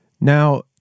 Now